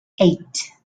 eight